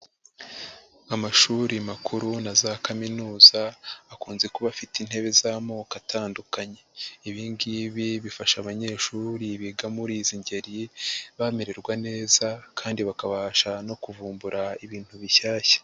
Amashuri makuru na za kaminuza akunze kuba afite intebe z'amoko atandukanye. Ibingibi bifasha abanyeshuri biga muri izi ngeri bamererwa neza kandi bakabasha no kuvumbura ibintu bishyashya.